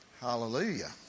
hallelujah